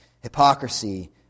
hypocrisy